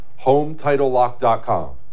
HomeTitleLock.com